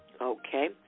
Okay